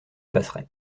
passerait